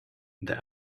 the